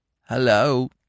Hello